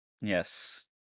Yes